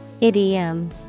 Idiom